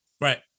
Right